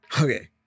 Okay